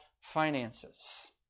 finances